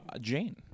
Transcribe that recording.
Jane